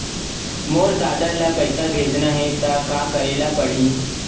मोर ददा ल पईसा भेजना हे त का करे ल पड़हि?